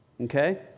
Okay